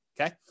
okay